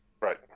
Right